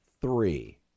three